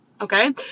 okay